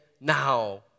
now